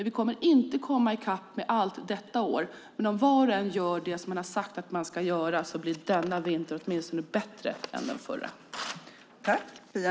Vi kommer inte att komma i kapp med allting detta år. Men om var och en gör det man har sagt att man ska göra blir denna vinter åtminstone bättre än den förra.